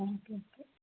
okay okay